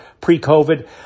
pre-COVID